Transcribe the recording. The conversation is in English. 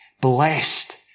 blessed